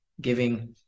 giving